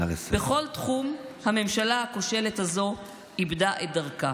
בכל תחום הממשלה הכושלת הזאת איבדה את דרכה.